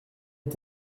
est